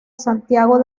santiago